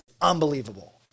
unbelievable